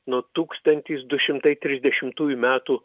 nuo tūkstantis du šimtai trisdešimtųjų metų